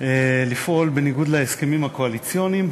לפעול בניגוד להסכמים הקואליציוניים,